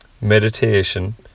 meditation